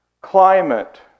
climate